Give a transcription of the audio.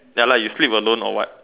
ya lah you sleep alone or what